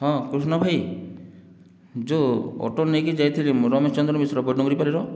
ହଁ ପୂର୍ଣ୍ଣ ଭାଇ ଯେଉଁ ଅଟୋ ନେଇକି ଯାଇଥିଲି ମୁଁ ରମେଶ ଚନ୍ଦ୍ର ମିଶ୍ର ପାଲିର